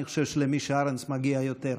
אני חושב שלמישה ארנס מגיע יותר.